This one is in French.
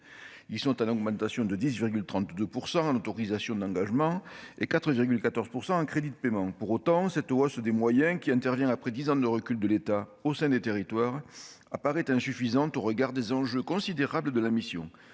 ils sont en augmentation de 10,32 % l'autorisation d'engagement et 4,14 % en crédit de paiement pour autant, cette hausse des moyens qui intervient après 10 ans de recul de l'État au sein des territoires apparaît insuffisante au regard des enjeux considérables de la mission,